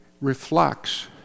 reflects